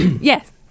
Yes